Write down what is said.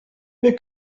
wir